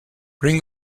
bring